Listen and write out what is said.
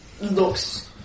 looks